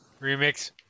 Remix